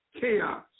chaos